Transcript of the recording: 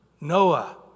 Noah